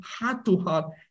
heart-to-heart